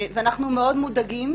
אנחנו מאוד מודאגים,